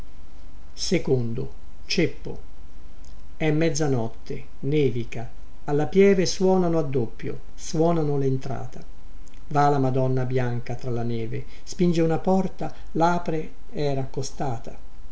bufera è mezzanotte nevica alla pieve suonano a doppio suonano lentrata va la madonna bianca tra la neve spinge una porta lapre era accostata